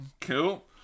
Cool